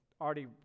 already